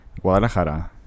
Guadalajara